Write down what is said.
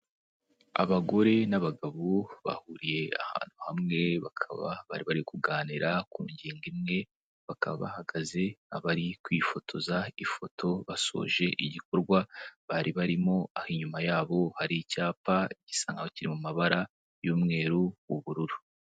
Abagore n'abagabo bahuriye ahantu hamwe, bakaba bari bari kuganira ku ngingo imwe, bakaba bahagaze abari kwifotoza ifoto basoje igikorwa bari barimo, aho inyuma yabo hari icyapa gisa nkaho kiri mu mabara y'umweru, ubururu.